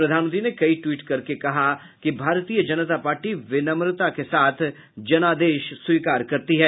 प्रधानमंत्री ने कई ट्वीट करके कहा कि भारतीय जनता पार्टी विनम्रता के साथ जनादेश स्वीकार करती है